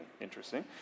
interesting